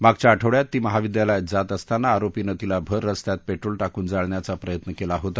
मागच्या आठवड्यात ती महाविद्यालयात जात असताना आरोपीनं तिला भर रस्त्यात पेट्रोल टाकून जाळण्याचा प्रयत्न केला होता